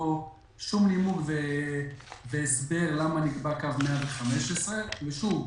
שום נימוק והסבר למה נקבע קו 115. ושוב,